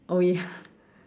oh ya